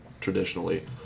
traditionally